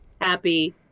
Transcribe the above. happy